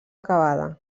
acabada